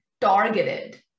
targeted